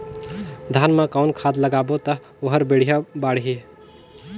धान मा कौन खाद लगाबो ता ओहार बेडिया बाणही?